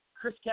Chris